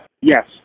Yes